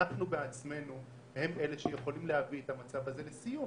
אנחנו בעצמנו הם אלה שיכולים להביא את המצב הזה לסיום